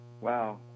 Wow